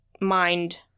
mind